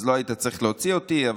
אז לא היית צריך להוציא אותי.